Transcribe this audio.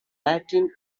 latin